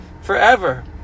forever